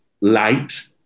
light